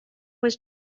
was